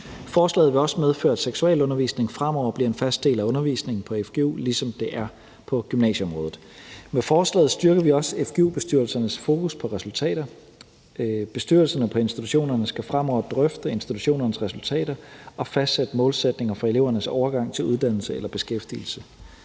Forslaget vil også medføre, at seksualundervisning fremover bliver en fast del af undervisningen på fgu, ligesom det er på gymnasieområdet. Med forslaget styrker vi også fgu-bestyrelsernes fokus på resultater. Bestyrelserne på institutionerne skal fremover drøfte institutionernes resultater og fastsætte målsætninger for elevernes overgang til uddannelse eller beskæftigelse.